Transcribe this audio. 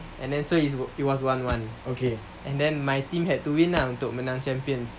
and then so is it was one one and then my team had to win ah untuk champions